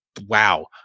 wow